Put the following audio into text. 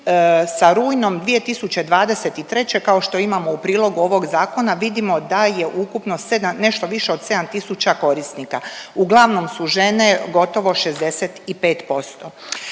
sa rujnom 2023., kao što imamo u prilogu ovog zakona vidimo da je ukupno 7, nešto više od 7 tisuća korisnika, uglavnom su žene, gotovo 65%.